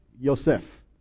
Yosef